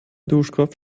duschkopf